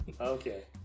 Okay